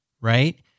right